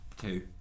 two